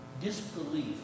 disbelief